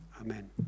Amen